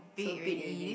so big already